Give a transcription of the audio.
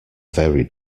very